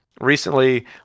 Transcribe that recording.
recently